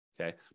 okay